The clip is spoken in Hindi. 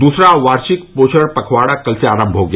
दूसरा वार्षिक पोषण पखवाड़ा कल से आरम्म हो गया